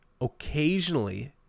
occasionally